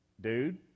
dude